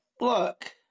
Look